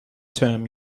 term